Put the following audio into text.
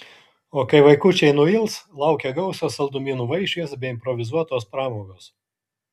o kai vaikučiai nuils laukia gausios saldumynų vaišės bei improvizuotos pramogos